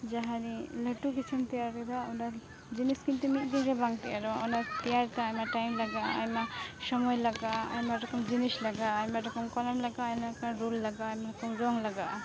ᱡᱟᱦᱟᱱᱤᱡ ᱞᱟᱹᱴᱩ ᱠᱤᱪᱷᱩᱢ ᱛᱮᱭᱟᱨᱮᱫᱟ ᱚᱸᱰᱮ ᱡᱤᱱᱤᱥ ᱠᱤᱱᱛᱩ ᱢᱤᱫ ᱫᱤᱱᱨᱮ ᱵᱟᱝ ᱛᱮᱭᱟᱨᱚᱜᱼᱟ ᱚᱱᱟ ᱛᱮᱭᱟᱨᱛᱮ ᱟᱭᱢᱟ ᱴᱟᱭᱤᱢ ᱞᱟᱜᱟᱼᱟ ᱟᱭᱢᱟ ᱥᱚᱢᱚᱭ ᱞᱟᱜᱟᱼᱟ ᱟᱭᱢᱟ ᱨᱚᱠᱚᱢ ᱡᱤᱱᱤᱥ ᱞᱟᱜᱟᱼᱟ ᱟᱭᱢᱟ ᱨᱚᱠᱚᱢ ᱠᱚᱞᱚᱢ ᱞᱟᱜᱟᱼᱟ ᱟᱭᱢᱟ ᱨᱚᱠᱚᱢ ᱨᱩᱞ ᱞᱟᱜᱟᱼᱟ ᱟᱭᱢᱟ ᱨᱚᱠᱚᱢ ᱨᱚᱝ ᱞᱟᱜᱟᱼᱟ